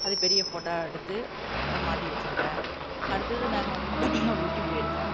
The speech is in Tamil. அது பெரிய ஃபோட்டோவாக எடுத்து மாட்டி வச்சிருக்கேன் அடுத்தது நாங்கள் ஊட்டி போயிருக்கேன்